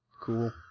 Cool